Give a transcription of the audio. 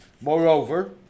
Moreover